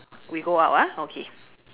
we go out ah okay